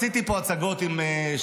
עשיתי פה הצגות עם שקלים,